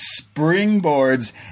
springboards